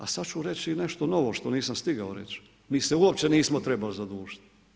A sada ću reći i nešto novo, što nisam stigao reći, mi se uopće nismo trebali zadužiti.